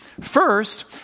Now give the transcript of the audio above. First